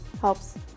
helps